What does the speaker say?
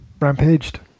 rampaged